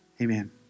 amen